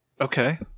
Okay